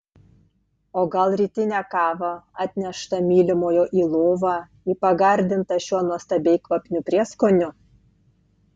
o gal rytinę kavą atneštą mylimojo į lovą į pagardintą šiuo nuostabiai kvapniu prieskoniu